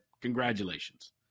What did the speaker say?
Congratulations